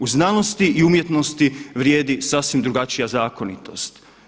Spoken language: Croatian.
U znanosti i umjetnosti vrijedi sasvim drugačija zakonitost.